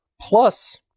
plus